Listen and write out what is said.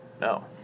No